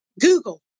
Google